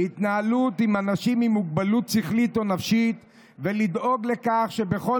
להתנהלות עם אנשים עם מוגבלות שכלית או נפשית ולדאוג לכך שבכל